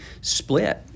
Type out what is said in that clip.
split